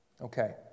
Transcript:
Okay